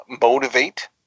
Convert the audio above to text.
motivate